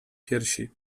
piersi